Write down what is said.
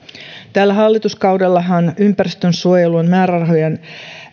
tällä hallituskaudellahan ympäristönsuojelun määrärahojen